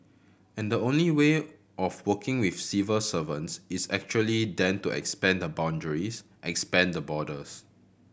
and the only way of working with civil servants is actually then to expand the boundaries expand the borders